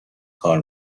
کار